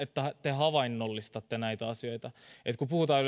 havainnollistaa teille näitä asioita että yleensä kun puhutaan